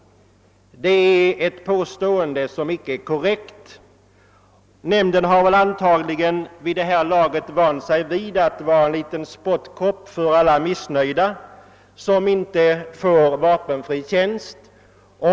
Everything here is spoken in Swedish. Ett sådant påstående är icke korrekt. Nämnden har emellertid vid det här laget vant sig vid att vara en liten spottkopp för alla missnöjda som inte har fått vapenfri tjänst.